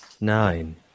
Nine